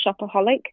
shopaholic